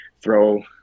throw